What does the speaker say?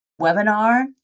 webinar